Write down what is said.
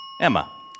Emma